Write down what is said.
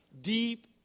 deep